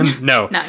No